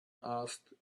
asked